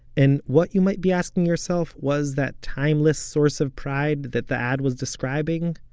and what, you might be asking yourself, was that timeless source of pride that the ad was describing.